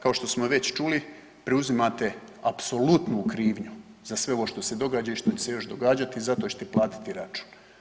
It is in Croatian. Kao što smo već čuli preuzimate apsolutnu krivnju za sve ovo što se događa i što će se još događati za to čete platiti račun.